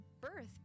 birth